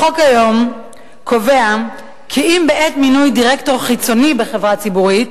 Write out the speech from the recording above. החוק היום קובע כי אם בעת מינוי דירקטור חיצוני בחברה ציבורית,